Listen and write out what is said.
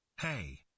Hey